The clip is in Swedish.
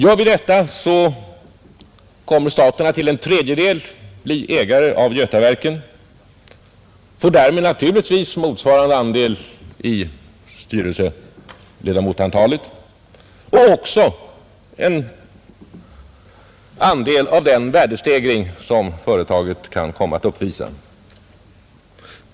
Gör vi detta kommer staten att till en tredjedel bli ägare av Götaverken och får därmed naturligtvis motsvarande andel styrelseledamöter. Staten får också andel i den värdestegring som företaget kan komma att uppvisa.